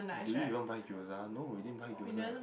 do we even buy gyoza no we didn't buy gyoza